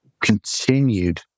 continued